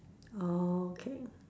orh okay